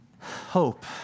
hope